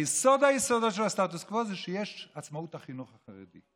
יסוד היסודות של הסטטוס קוו הוא שיש עצמאות לחינוך החרדי.